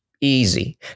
Easy